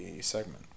segment